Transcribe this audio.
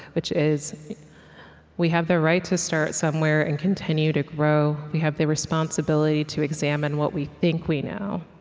which is we have the right to start somewhere and continue to grow. we have the responsibility to examine what we think we know.